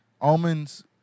Almonds